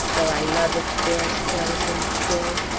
though i love its bare skeleton still?